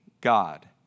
God